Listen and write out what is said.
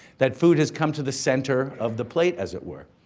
that food has come to the center of the plate, as it were.